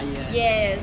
yes